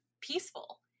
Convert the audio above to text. peaceful